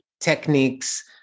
techniques